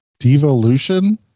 devolution